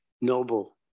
noble